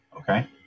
Okay